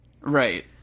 Right